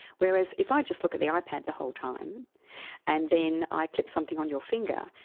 whereas if i just look at the ah ipad the whole time and then i clip something on your finger,